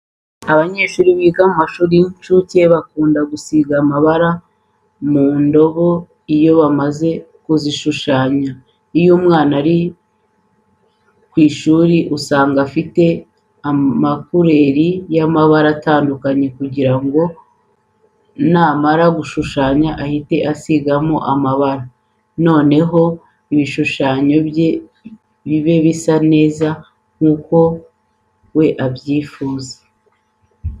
Abana biga mu mashuri y'inshuke bakunda gusiga amabara mu ndabo iyo bamaze kuzishushanya. Iyo umwana ari ku ishuri usanga afite amakureri y'amabara atandukanye kugira ngo namara gushushanya ahite asigamo amabara noneho ibishushanyo bye bibe bisa neza nk'uko we abyifuza.